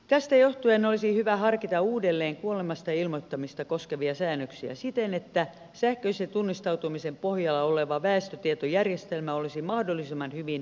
tästä johtuen olisi hyvä harkita uudelleen kuolemasta ilmoittamista koskevia säännöksiä siten että sähköisen tunnistautumisen pohjalla oleva väestötietojärjestelmä olisi mahdollisimman hyvin ajan tasalla